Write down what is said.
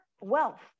wealth